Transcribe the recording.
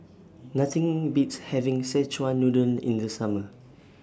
Nothing Beats having Szechuan Noodle in The Summer